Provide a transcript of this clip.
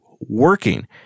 working